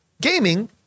gaming